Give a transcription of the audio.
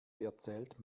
erzählt